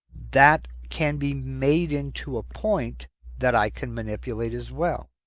that can be made into a point that i can manipulate as well.